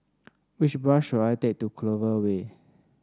which bus should I take to Clover Way